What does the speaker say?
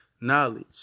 knowledge